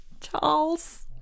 Charles